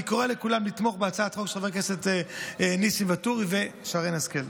אני קורא לכולם לתמוך בהצעת החוק של חברי הכנסת ניסים ואטורי ושרן השכל.